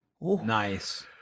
Nice